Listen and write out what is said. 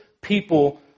people